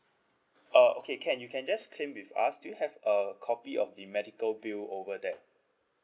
uh okay can you can just claim with us do you have a copy of the medical bill over there